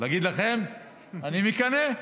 אגיד לכם, אני מקנא.